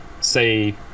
say